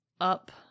up